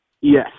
Yes